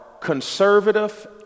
conservative